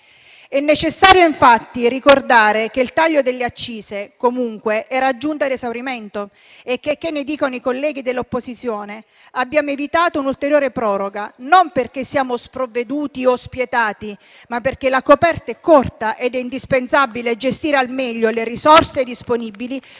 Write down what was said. È necessario infatti ricordare che il taglio delle accise comunque era giunto ad esaurimento e, checché ne dicano i colleghi dell'opposizione, non ha meritato un'ulteriore proroga non perché siamo sprovveduti o spietati, ma perché la coperta è corta ed è indispensabile gestire al meglio le risorse disponibili,